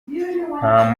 nta